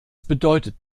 bedeutet